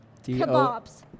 Kebabs